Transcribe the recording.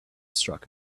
struck